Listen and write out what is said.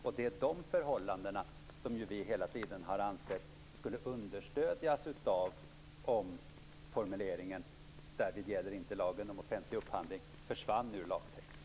Det är dessa förhållanden som vi hela tiden har ansett skulle understödjas av omformuleringen "därvid gäller inte lagen om offentlig upphandling" försvann ur lagtexten.